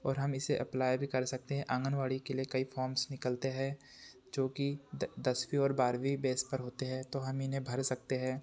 और हम इसे अप्लाई भी कर सकते हैं आंगानवाड़ी के लिए कई फॉर्म्स निकलते हैं जो कि दसवीं और बारहवीं बेस पर होते हैं तो हम इन्हें भर सकते हैं